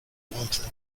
warmth